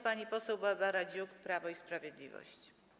Pani poseł Barbara Dziuk, Prawo i Sprawiedliwość.